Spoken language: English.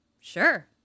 sure